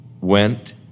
went